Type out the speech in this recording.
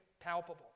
palpable